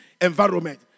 environment